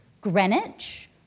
Greenwich